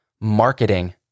marketing